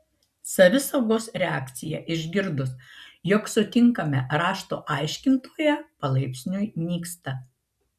savisaugos reakcija išgirdus jog sutinkame rašto aiškintoją palaipsniui nyksta